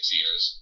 years